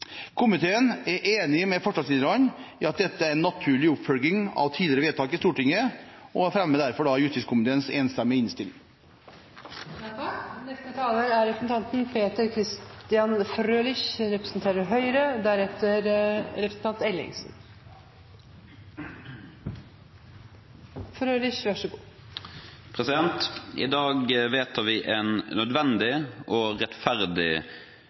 Komiteen er enig med forslagsstillerne i at dette er en naturlig oppfølging av tidligere vedtak i Stortinget. Jeg anbefaler derfor justiskomiteens enstemmige innstilling. I dag vedtar vi en nødvendig og rettferdig endring i straffeloven vår. Det er